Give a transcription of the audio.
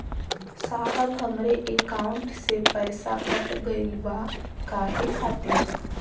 साहब हमरे एकाउंट से पैसाकट गईल बा काहे खातिर?